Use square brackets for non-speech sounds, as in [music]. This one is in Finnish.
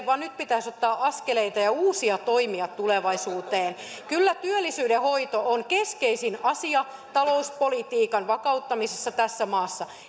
[unintelligible] vaan nyt pitäisi ottaa askeleita ja uusia toimia tulevaisuuteen kyllä työllisyyden hoito on keskeisin asia talouspolitiikan vakauttamisessa tässä maassa